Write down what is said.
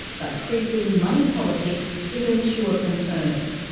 but creeping money politics is an issue of concern.